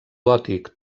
gòtic